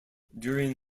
during